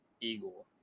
Eagle